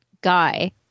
guy